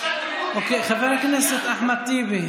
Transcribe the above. חבר הכנסת אחמד טיבי,